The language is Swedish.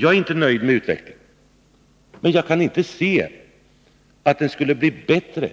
Jag är inte nöjd med utvecklingen, men jag kan inte se att det skulle bli bättre